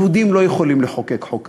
יהודים לא יכולים לחוקק חוק כזה.